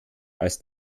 als